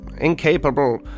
incapable